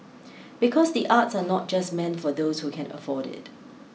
because the arts are not just meant for those who can afford it